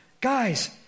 Guys